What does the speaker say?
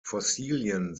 fossilien